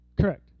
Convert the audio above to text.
Correct